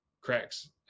cracks